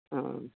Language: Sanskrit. आमां